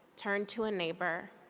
turn to a neighbor.